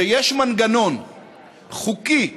שיש מנגנון חוקי,